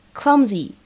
clumsy